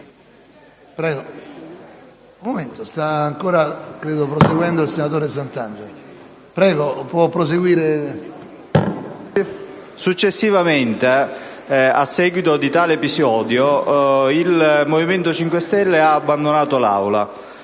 Successivamente, a seguito di tale episodio, il Movimento 5 Stelle ha abbandonato l'Aula;